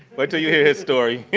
wait until you hear his story.